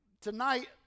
tonight